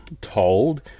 told